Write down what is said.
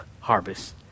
harvest